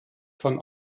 von